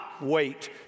wait